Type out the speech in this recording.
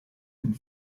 and